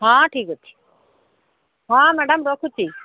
ହଁ ଠିକ୍ ଅଛି ହଁ ମ୍ୟାଡ଼ାମ୍ ରଖୁଛି